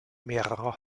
mehrerer